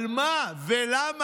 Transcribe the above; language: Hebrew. על מה ולמה?